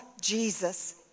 Jesus